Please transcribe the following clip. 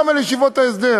גם על ישיבות ההסדר